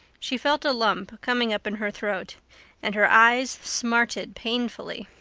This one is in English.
she felt a lump coming up in her throat and her eyes smarted painfully.